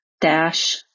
dash